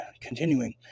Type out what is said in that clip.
continuing